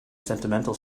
sentimental